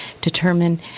determine